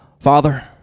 Father